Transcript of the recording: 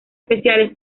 especiales